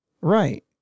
Right